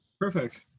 perfect